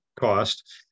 cost